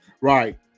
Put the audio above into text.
right